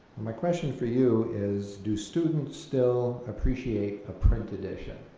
my question for you is do students still appreciate a print edition?